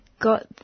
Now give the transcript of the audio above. got